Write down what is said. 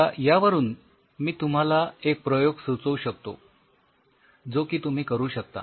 आता यावरून मी तुम्हाला एक प्रयोग सुचवू शकतो जो तुम्ही करू शकता